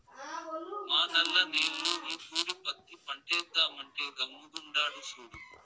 మా నల్ల నేల్లో ఈ తూరి పత్తి పంటేద్దామంటే గమ్ముగుండాడు సూడు